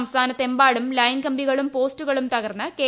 സംസ്ഥാനമെമ്പാടും ളെല്ൻ കമ്പികളും പോസ്റ്റുകളും തകർന്ന് കെ